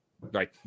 Right